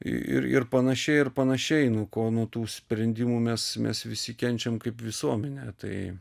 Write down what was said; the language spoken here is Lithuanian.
ir ir panašiai ir panašiai nuo ko nuo tų sprendimų mes mes visi kenčiam kaip visuomenė tai